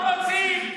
לא רוצים.